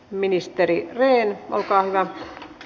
ministeri rehn olkaa hyvä